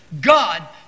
God